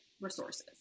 resources